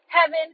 heaven